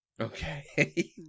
Okay